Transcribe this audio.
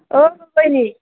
ঐ